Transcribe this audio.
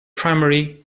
primary